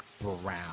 Brown